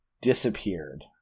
disappeared